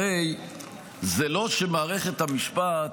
הרי זה לא שמערכת המשפט,